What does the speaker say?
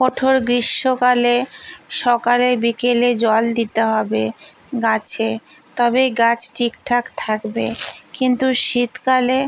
কঠোর গ্রীষ্মকালে সকালে বিকেলে জল দিতে হবে গাছে তবেই গাছ ঠিকঠাক থাকবে কিন্তু শীতকালে